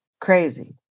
crazy